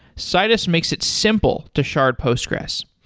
citus makes it simple to shard postgres.